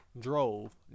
drove